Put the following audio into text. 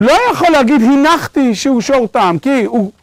לא יכול להגיד הנחתי שהוא שור תם כי הוא